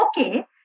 okay